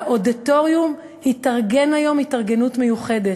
האודיטוריום אורגן היום בהתארגנות מיוחדת.